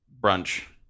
brunch